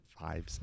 five